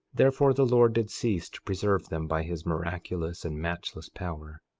therefore the lord did cease to preserve them by his miraculous and matchless power,